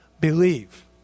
Believe